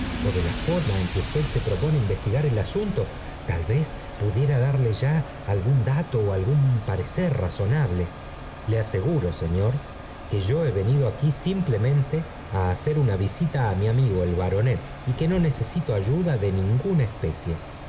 de la forma en que usted se propone ini vestigar el asunto tal vez pudiera darle ya algún h dato ó algún parecer razonable v le aseguro señor que yo he venido aquí sirm y píamente á hacer una visita á mi amigo el baronet é y que no necesito ayuda de ninguna especie